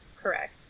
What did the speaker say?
correct